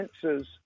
senses